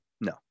no